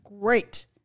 great